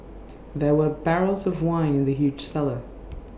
there were barrels of wine in the huge cellar